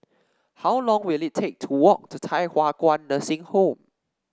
how long will it take to walk to Thye Hua Kwan Nursing Home